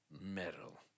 Metal